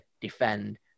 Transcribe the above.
Defend